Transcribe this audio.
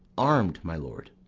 arm'd, my lord.